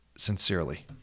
Sincerely